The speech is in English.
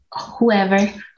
whoever